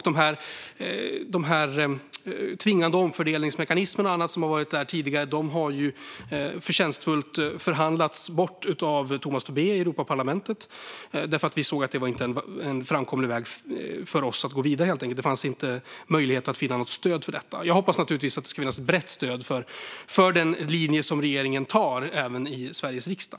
De tvingande omfördelningsmekanismer och annat som har varit uppe här tidigare har ju förtjänstfullt förhandlats bort av Tomas Tobé i Europaparlamentet, för vi såg att det inte var en framkomlig väg för oss. Det fanns inte möjlighet att finna stöd för det. Jag hoppas naturligtvis att det ska finnas ett brett stöd för den linje som regeringen väljer, även i Sveriges riksdag.